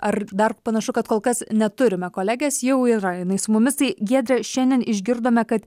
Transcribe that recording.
ar dar panašu kad kol kas neturime kolegės jau yra jinai su mumis tai giedre šiandien išgirdome kad